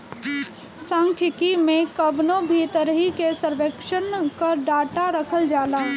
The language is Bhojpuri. सांख्यिकी में कवनो भी तरही के सर्वेक्षण कअ डाटा रखल जाला